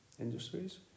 industries